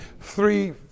three